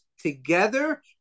together